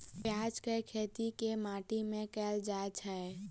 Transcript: प्याज केँ खेती केँ माटि मे कैल जाएँ छैय?